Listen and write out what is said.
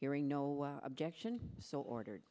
hearing no objection so ordered